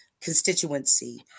constituency